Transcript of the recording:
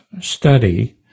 study